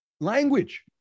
language